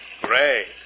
Great